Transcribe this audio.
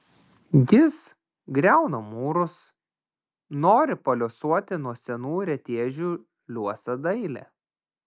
jis griauna mūrus nori paliuosuoti nuo senų retežių liuosą dailę